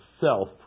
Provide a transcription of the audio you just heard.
self